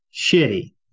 Shitty